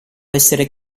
essere